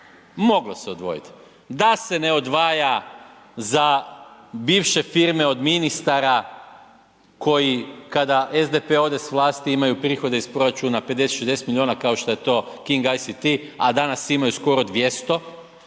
Moglo se odvojiti. Da se ne odvaja za bivše firme od ministara koji kada SDP ode sa vlasti imaju prihode iz proračuna 50, 60 milijuna kao što je to KING ICT a danas imaju skoro 200, da